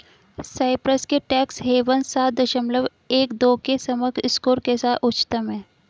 Cyprus के tax havens सात दशमलव एक दो के समग्र स्कोर के साथ उच्चतम हैं